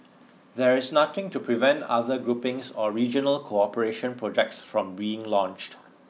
there is nothing to prevent other groupings or regional cooperation projects from being launched